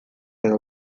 edo